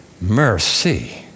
Mercy